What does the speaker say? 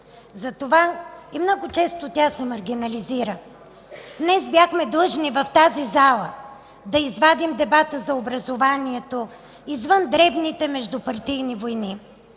затова и много често тя се маргинализира. Днес бяхме длъжни в тази зала да извадим дебата за образованието извън дребните междупартийни войни.